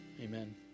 Amen